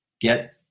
get